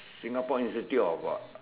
Singapore institute of what